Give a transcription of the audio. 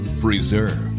Preserve